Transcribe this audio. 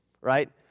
right